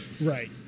Right